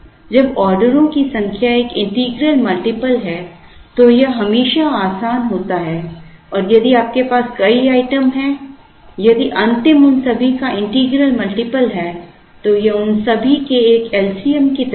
जब ऑर्डरों की संख्या एक इंटीग्रल मल्टीपल है तो यह हमेशा आसान होता है और यदि आपके पास कई आइटम हैं यदि अंतिम उन सभी का इंटीग्रल मल्टीपल है तो यह उन सभी के एक lcm की तरह है